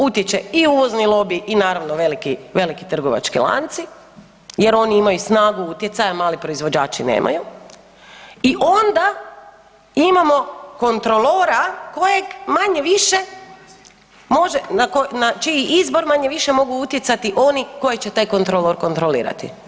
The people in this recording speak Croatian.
Utječe i uvozni lobi i naravno veliki, veliki trgovački lanci jer oni imaju snagu utjecaja, mali proizvođači nemaju i onda imamo kontrolora kojeg manje-više može, na čiji izbor manje-više mogu utjecati oni koje će taj kontrolor kontrolirati.